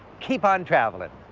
keep on travelin'!